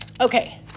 Okay